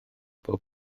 bob